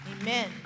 Amen